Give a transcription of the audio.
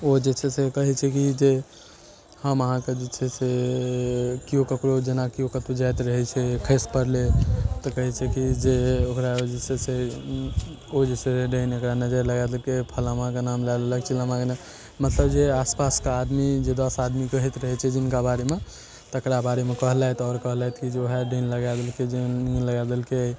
ओ जे छै से कहै छै की जे हम अहाँके जे छै से केओ ककरो जेनाकि ओ कतौ जाइत रहै छै खसि पड़लै तऽ कहै छै की जे ओकरा जे छै से ओ जे छै से डायन एकरा नजरि लगा देलकै फलनमाके नाम लए लेलक चिलनमाके नाम मतलब जे आसपासके आदमी जे दस आदमी कहैत रहै छै जिनका बारेमे तकरा बारेमे कहलथि आओर कहलथि की ओएह डायन लगा देलकै जोगिन लगा देलकै